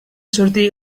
sortir